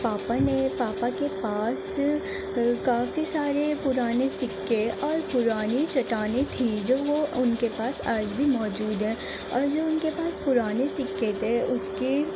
پاپا نے پاپا کے پاس کافی سارے پرانے سکے اور پرانی چٹانے تھیں جو وہ ان کے پاس آج بھی موجود ہیں اور جو ان کے پاس پرانے سکے تھے اس کے